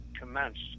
commenced